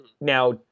Now